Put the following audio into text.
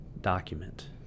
document